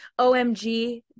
omg